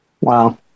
Wow